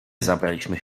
zabraliśmy